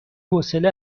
حوصله